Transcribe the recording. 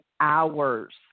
hours